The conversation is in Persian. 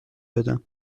بدم